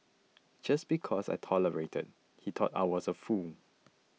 just because I tolerated he thought I was a fool